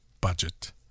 Budget